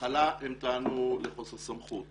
בהתחלה הם טענו לחוסר סמכות,